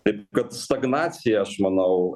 taip kad stagnacija aš manau